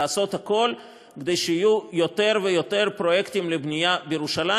לעשות הכול כדי שיהיו יותר ויותר פרויקטים של בנייה בירושלים.